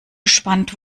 gespannt